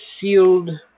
sealed